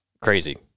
Crazy